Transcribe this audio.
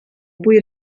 poi